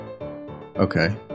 Okay